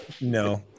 No